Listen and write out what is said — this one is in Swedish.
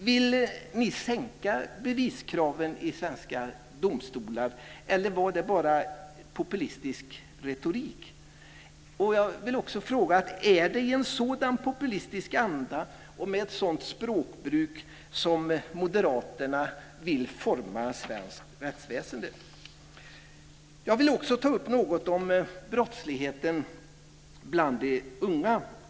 Vill ni sänka beviskraven i svenska domstolar, eller var det bara populistisk retorik? Är det i en sådan populistisk anda och med ett sådant språkbruk som moderaterna vill forma svenskt rättsväsende? Jag vill också ta upp något om brottsligheten bland de unga.